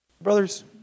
Brothers